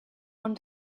one